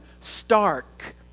stark